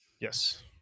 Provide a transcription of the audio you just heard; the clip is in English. Yes